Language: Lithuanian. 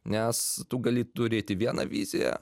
nes tu gali turėti vieną viziją